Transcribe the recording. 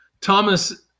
Thomas